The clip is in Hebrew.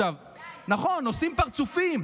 עכשיו, נכון, עושים פרצופים.